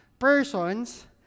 persons